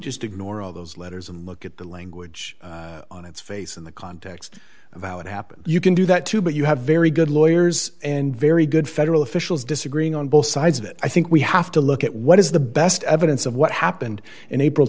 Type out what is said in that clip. just ignore all those letters and look at the language on its face in the context of how it happened you can do that too but you have very good lawyers and very good federal officials disagreeing on both sides of it i think we have to look at what is the best evidence of what happened in april